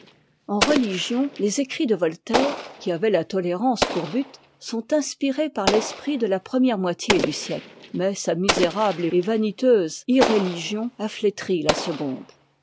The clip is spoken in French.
en religion les écrits de voltaire qui avaient la tolérance pour but sont inspirés par l'esprit de la première moitié du siècle mais sa misérable et vaniteuse irréligion a uétri la seconde